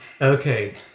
Okay